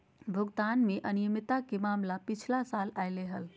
भुगतान में अनियमितता के मामला पिछला साल अयले हल